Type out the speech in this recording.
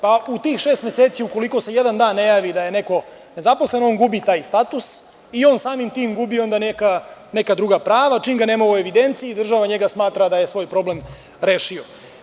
Pa, u tih šest meseci ukoliko se jedan dan ne javi da neko nezaposlen, on gubi taj status i on samim tim gubi onda neka druga prava, čim ga nema u evidenciji i država njega smatra daje svoj problem rešio.